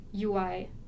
UI